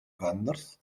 vendors